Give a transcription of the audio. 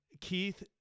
Keith